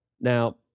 Now